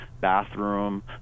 bathroom